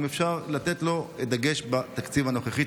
אם אפשר לתת לו דגש בתקציב הנוכחי,